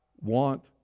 want